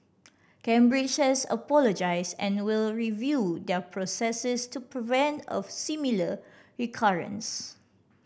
Cambridge has apologised and will review their processes to prevent a similar recurrence